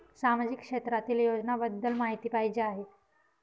सामाजिक क्षेत्रातील योजनाबद्दल माहिती पाहिजे आहे?